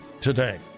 today